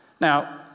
Now